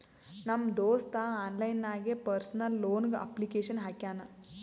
ನಮ್ ದೋಸ್ತ ಆನ್ಲೈನ್ ನಾಗೆ ಪರ್ಸನಲ್ ಲೋನ್ಗ್ ಅಪ್ಲಿಕೇಶನ್ ಹಾಕ್ಯಾನ್